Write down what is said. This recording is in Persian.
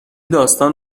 داستان